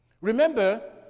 Remember